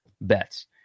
bets